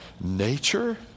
nature